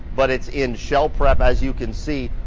but it's in shell prep. as you can see,